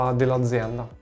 dell'azienda